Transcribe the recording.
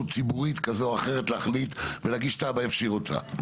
ציבורית כזו או אחרת להחליט ולהגיש תב"ע איפה שהיא רוצה.